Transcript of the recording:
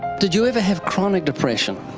did you ever have chronic depression?